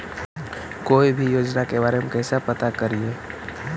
कोई भी योजना के बारे में कैसे पता करिए?